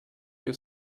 your